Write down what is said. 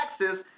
taxes